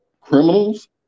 criminals